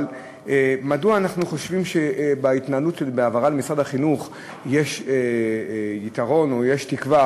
אבל מדוע אנחנו חושבים שבהעברה למשרד החינוך יש יתרון או תקווה?